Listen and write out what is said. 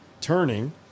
turning